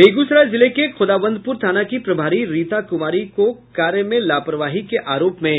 बेगूसराय जिले के खोदावंदपुर थाना की प्रभारी रीता कुमारी को कार्य में लापरवाही के आरोप में